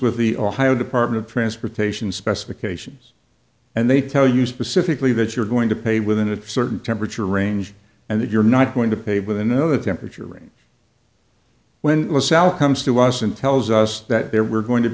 with the ohio department of transportation specifications and they tell you specifically that you're going to pay within a certain temperature range and that you're not going to pave with another temperature range when sal comes to us and tells us that there were going